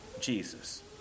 Jesus